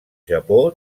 japó